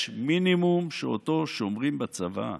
יש מינימום שאותו שומרים בצבא,